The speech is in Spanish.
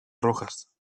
rojas